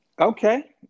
Okay